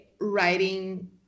writing